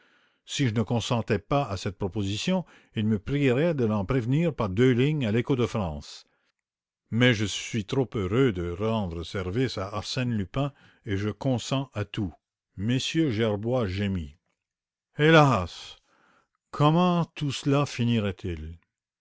si je ne consentais pas à cette proposition il me priait de l'en prévenir par deux lignes à l écho de france mais je suis trop heureux de rendre service à arsène lupin et je consens à tout m gerbois gémit hélas comment tout cela